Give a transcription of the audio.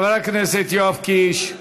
חבר הכנסת יואב קיש.